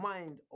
Mind